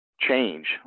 change